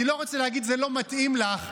אני לא רוצה להגיד שזה לא מתאים לך,